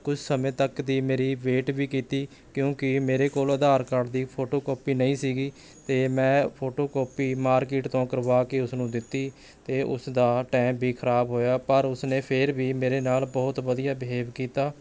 ਕੁਛ ਸਮੇਂ ਤੱਕ ਦੀ ਮੇਰੀ ਵੇਟ ਵੀ ਕੀਤੀ ਕਿਉਂਕਿ ਮੇਰੇ ਕੋਲ ਆਧਾਰ ਕਾਰਡ ਦੀ ਫੋਟੋਕੋਪੀ ਨਹੀਂ ਸੀ ਅਤੇ ਮੈਂ ਫੋਟੋਕੋਪੀ ਮਾਰਕਿਟ ਤੋਂ ਕਰਵਾ ਕੇ ਉਸਨੂੰ ਦਿੱਤੀ ਅਤੇ ਉਸ ਦਾ ਟਾਈਮ ਵੀ ਖਰਾਬ ਹੋਇਆ ਪਰ ਉਸਨੇ ਫਿਰ ਵੀ ਮੇਰੇ ਨਾਲ ਬਹੁਤ ਵਧੀਆ ਬਿਹੇਵ ਕੀਤਾ